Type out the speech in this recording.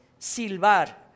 silbar